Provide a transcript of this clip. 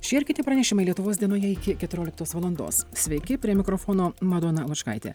šie ir kiti pranešimai lietuvos dienoje iki keturioliktos valandos sveiki prie mikrofono madona lučkaitė